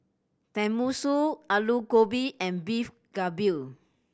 Tenmusu Alu Gobi and Beef Galbi